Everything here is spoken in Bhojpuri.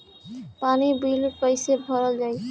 पानी बिल कइसे भरल जाई?